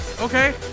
Okay